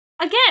again